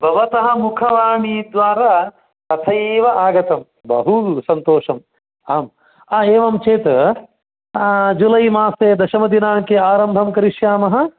भवतः मुखवाणीद्वारा तथैव आगतं बहु सन्तोषम् आम् एवं चेत् जुलै मासे दशमदिनाङ्के आरम्भं करिष्यामः